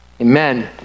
Amen